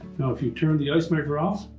now if you turn the ice maker off,